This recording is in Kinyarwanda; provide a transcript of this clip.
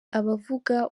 abavuga